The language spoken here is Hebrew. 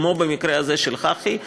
כמו במקרה הזה של חח"י,